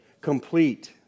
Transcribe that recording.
Complete